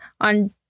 on